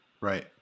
Right